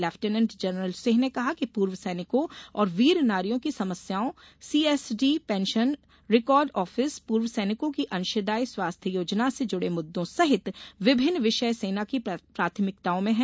lieutenant general Singh ने कहा कि पूर्व सैनिकों और वीर नारियों की समस्याओं सीएसडी पेंशनरिकार्ड आफिस पूर्व सैनिकों की अंशदायी स्वास्थ्य योजना से जुड़े मुददों सहित विभिन्न विषय सेना की प्राथमिकताओं में है